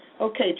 okay